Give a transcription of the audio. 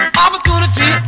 opportunity